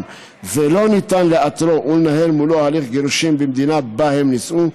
ולא ניתן לאתרו ולנהל מולו הליך גירושין במדינה שבה הם נישאו,